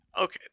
Okay